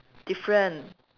different